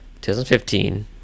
2015